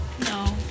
no